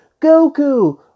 Goku